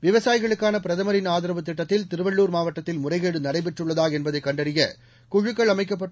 விவசாயிகளுக்கான பிரதமரின் ஆதரவு திட்டத்தில் திருவள்ளூர் மாவட்டத்தில் முறைகேடு நடைபெற்றுள்ளதா என்பதைக் கண்டறிய குழுக்கள் அமைக்கப்பட்டு